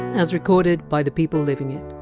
as recorded by the people living it.